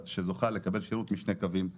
שזוכה לקבל שירות משני קווים נפרדים.